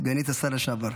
סגנית השר לשעבר,